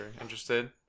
interested